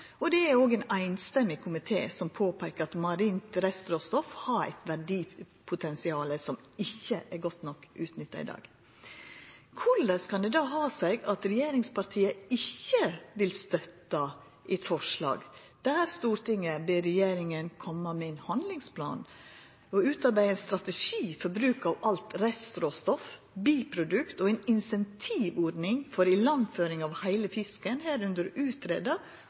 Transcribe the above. og det er òg ein samrøystes komité som påpeikar at marint restråstoff har eit verdipotensial som ikkje er godt nok utnytta i dag. Korleis kan det då ha seg at regjeringspartia ikkje vil støtta eit forslag der Stortinget ber regjeringa koma med ein handlingsplan og «utarbeide en strategi for bruk av alt restråstoff/biprodukt og insentivordning for ilandføring av hele fisken, herunder utrede og finne rimelig tidspunkt for» når vi kan få dette på plass i